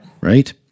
Right